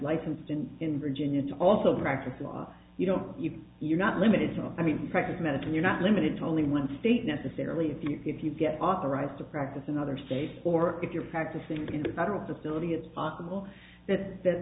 licensed in in virginia to also practice law you don't you're not limited to i mean to practice medicine you're not limited to only one state necessarily if you get authorized to practice in other states or if you're practicing in the federal facility it's possible that that